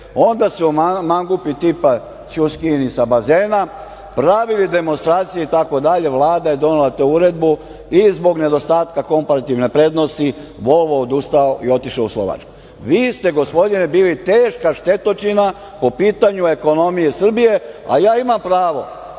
su mangupi tipa Ćuskijini sa bazena pravili demonstracije, Vlada je donela tu uredbu i zbog nedostatka komparativne prednosti Volvo je odustao i otišao u Slovačku. Vi ste, gospodine, bili teška štetočina po pitanju ekonomije Srbije, a ja imam pravo